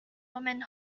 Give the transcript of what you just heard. woman